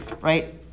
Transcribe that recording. right